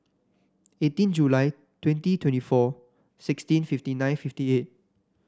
eighteen July twenty twenty four sixteen fifty nine fifty eight